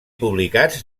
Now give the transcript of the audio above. publicats